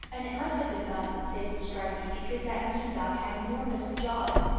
and it must have been god that saved stripey, because that mead dog had normous jaws,